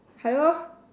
hello